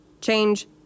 change